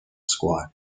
squad